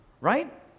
right